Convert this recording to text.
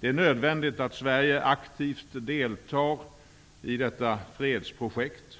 Det är nödvändigt att Sverige aktivt deltar i detta fredsprojekt.